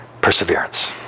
perseverance